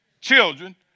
children